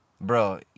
bro